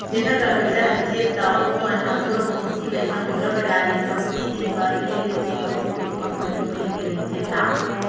जेखर करा पइसा रहिथे त ओमन ह थोर बहुत ही पइसा मुद्रा बजार ले कमती दिन बर ले लेथे कहूं कोनो कंपनी खोले के रहिथे ता